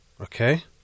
okay